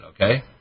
okay